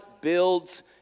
builds